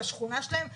בשכונה שלהם,